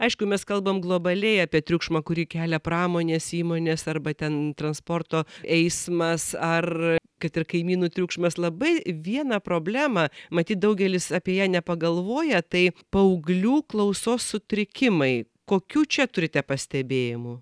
aišku mes kalbam globaliai apie triukšmą kurį kelia pramonės įmonės arba ten transporto eismas ar kad ir kaimynų triukšmas labai vieną problemą matyt daugelis apie ją nepagalvoja tai paauglių klausos sutrikimai kokių čia turite pastebėjimų